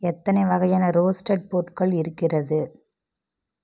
எத்தனை வகையான ரோஸ்ட்டட் பொருட்கள் இருக்கிறது